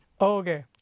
okay